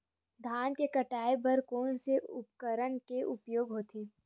धान के कटाई बर कोन से उपकरण के उपयोग होथे?